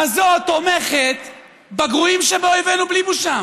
אתה עושה לה את הפריימריז עכשיו.